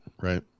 right